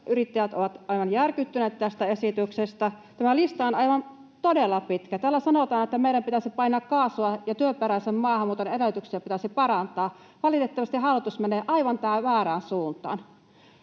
Startup-yrittäjät ovat aivan järkyttyneet tästä esityksestä. Tämä lista on aivan todella pitkä: Täällä sanotaan, että meidän pitäisi painaa kaasua ja työperäisen maahanmuuton edellytyksiä pitäisi parantaa. Valitettavasti hallitus menee aivan väärään suuntaan.